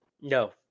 No